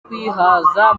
kwihaza